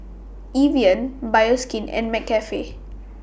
Evian Bioskin and McCafe